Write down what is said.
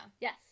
Yes